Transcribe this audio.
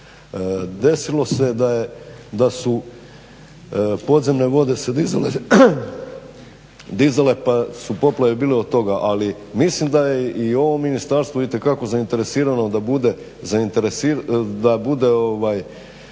Desilo se da su se podzemne vode dizale pa su poplave bile od toga, ali mislim da je i ovo ministarstvo itekako zainteresirano da bude